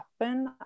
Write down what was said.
happen